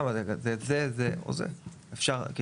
זה לא נותן מענה להערה.